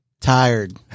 Tired